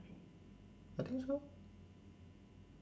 I think so